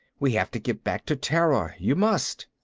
we have to get back to terra. you must.